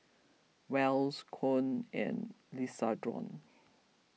Wells Koen and Lisandro